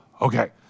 okay